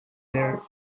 their